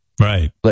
Right